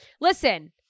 Listen